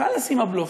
חלאס עם הבלופים.